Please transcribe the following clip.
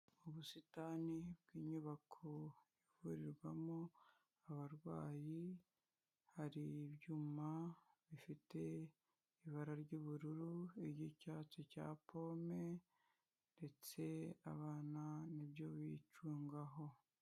Ubusitani bw'inyubako ivurirwamo abarwayi, hari ibyuma bifite ibara ry'ubururu iry'icyatsi cya pome ndetse abana nibyo bicungaho.